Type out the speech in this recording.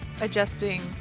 adjusting